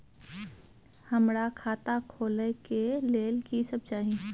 हमरा खाता खोले के लेल की सब चाही?